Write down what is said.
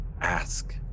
ask